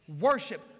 Worship